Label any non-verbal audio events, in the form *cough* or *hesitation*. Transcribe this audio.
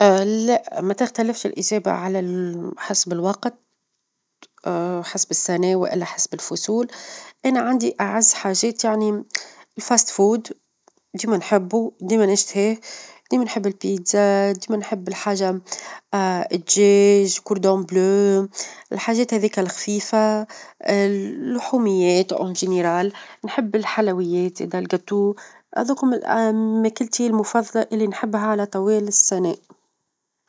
ا *hesitation* لأ ما تختلفش الإجابة على *hesitation* حسب الوقت، *hesitation* حسب السنة، والا حسب الفصول، أنا عندي أعز حاجات يعني الطعام السريع ديما نحبو، ديما نشتهيه، ديما نحب البيتزا، ديما نحب -الحاجة- *hesitation* الدجاج، كوردون بلوه الحاجات هذيك الخفيفة، اللحوميات، وفي المجمل نحب الحلويات ذا الجاتوه هذوك هما الآن ماكلتي -المفظل- اللي نحبها على طوال السنة.